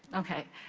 okay.